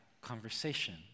conversation